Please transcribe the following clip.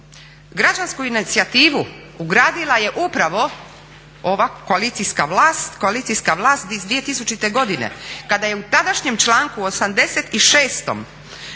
građansku inicijativu ugradila je upravo ova koalicijska vlast i koalicijska vlast iz 2000. godine kada je u tadašnjem članku 86. ugradila